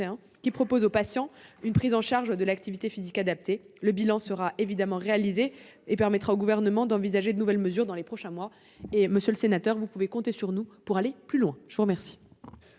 de proposer aux patients une prise en charge de l'activité physique adaptée. Le bilan qui en sera réalisé permettra au Gouvernement d'envisager de nouvelles mesures dans les prochains mois. Monsieur le sénateur, vous pouvez compter sur nous pour aller plus loin. La parole